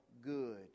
good